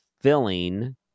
filling